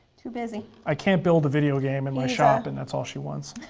too busy. i can't build a video game in my shop, and that's all she wants.